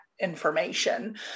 information